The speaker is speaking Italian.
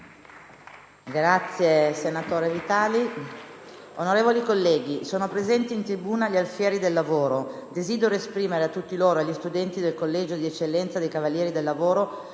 finestra"). Onorevoli colleghi, sono presenti in tribuna gli alfieri del lavoro. Desidero esprimere a tutti loro e agli studenti del collegio di eccellenza dei cavalieri del lavoro,